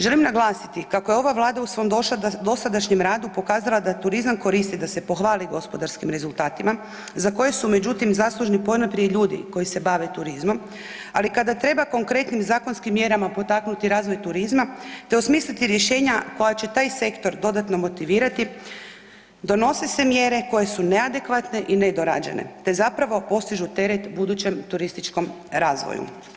Želim naglasiti kako je ova Vlada u svom dosadašnjem radu pokazala da turizam koristi da se pohvali gospodarskim rezultatima za koje su međutim zaslužni ponajprije ljudi koji se bave turizmom, ali kada treba konkretnim zakonskim mjerama potaknuti razvoj turizma te osmisliti rješenja koja će taj sektor dodatno motivirati donose se mjere koje su neadekvatne i nedorađene te zapravo postižu teret budućem turističkom razvoju.